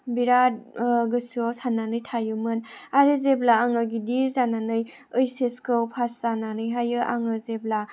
बिराद गोसोआव साननानै थायोमोन आरो जेब्ला आङो गिदिर जानानै एत्स एस खौ पास जानानैहायो आङो जेब्ला